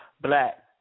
Black